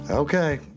Okay